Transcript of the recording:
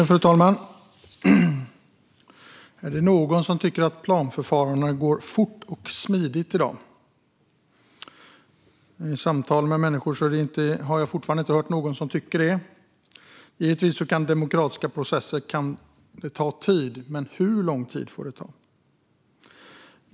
Fru talman! Är det någon som tycker att planförfaranden går fort och smidigt i dag? I samtal med människor har jag fortfarande inte hört någon som tycker så. Givetvis kan demokratiska processer ta tid, men hur lång tid får de ta?